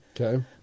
Okay